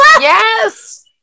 yes